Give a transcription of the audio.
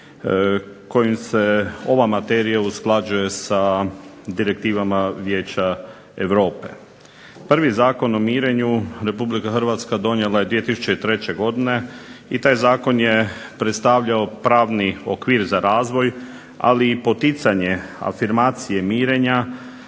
kojim se ova materija usklađuje sa direktivama Vijeća Europe. Prvi Zakon o mirenju Republika Hrvatska donijela je 2003. godine i taj zakon je predstavljao pravni okvir za razvoj, ali i poticanje afirmacije mirenja